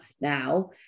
now